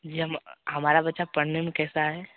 जी हम हमारा बच्चा पड़ने में कैसा है